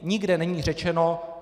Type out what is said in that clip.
Nikde není řečeno: